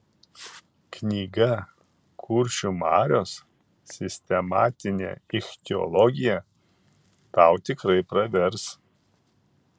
knyga kuršių marios sistematinė ichtiologija tau tikrai pravers